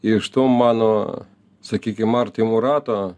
iš to mano sakykim artimo rato